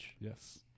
Yes